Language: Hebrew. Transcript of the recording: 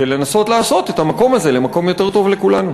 ולנסות לעשות את המקום הזה מקום יותר טוב לכולנו.